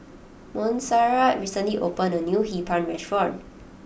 Monserrat recently opened a new Hee Pan restaurant